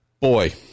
Boy